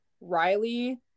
Riley